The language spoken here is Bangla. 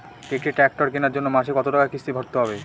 একটি ট্র্যাক্টর কেনার জন্য মাসে কত টাকা কিস্তি ভরতে হবে?